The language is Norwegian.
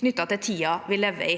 knyttet til tiden vi lever i.